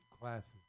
classes